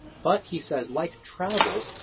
but he says, like travel,